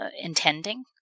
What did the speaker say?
intending